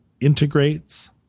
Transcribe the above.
integrates